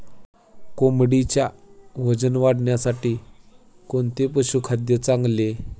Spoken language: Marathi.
कोंबडीच्या वजन वाढीसाठी कोणते पशुखाद्य चांगले?